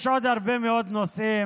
יש עוד הרבה מאוד נושאים